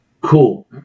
Cool